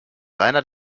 rainer